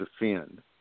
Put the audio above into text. defend